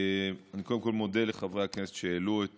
אני קודם כול מודה לחברי הכנסת שהעלו את